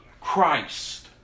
Christ